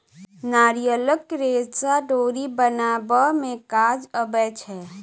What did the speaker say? नारियलक रेशा डोरी बनाबअ में काज अबै छै